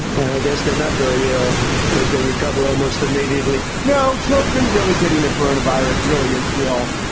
and i guess they're not very ill because they recover almost immediately no children really getting the corona virus really is real.